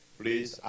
please